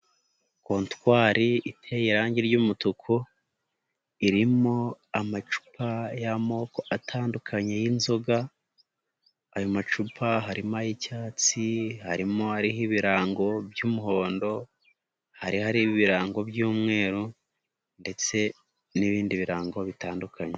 Kontwari iteye irangi ry'umutuku, irimo amacupa y'amoko atandukanye y'inzoga, ayo macupa harimo ay'icyatsi, harimo ariho ibirango by'umuhondo, hari ahariho ibirango by'umweru ndetse n'ibindi birango bitandukanye.